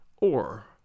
or